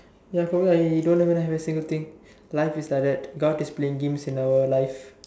ya for now I don't even have a single thing life is like that god is playing games in our life